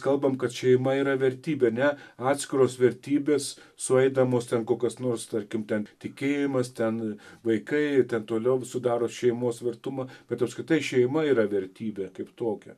kalbam kad šeima yra vertybė ne atskiros vertybės sueidamos ten kokios nors tarkim ten tikėjimas ten vaikai ten toliau sudaro šeimos tvirtumą bet apskritai šeima yra vertybė kaip tokia